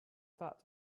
that